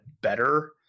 better